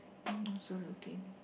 I also looking